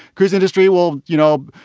cruise industry will, you know,